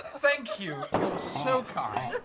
thank you, you're so kind.